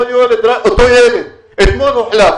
אותו ילד, אתמול הוחלף.